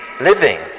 living